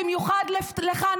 במיוחד לך,